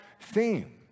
theme